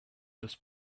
this